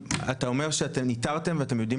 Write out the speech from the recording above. אתה אומר שאתם איתרתם ואתם יודעים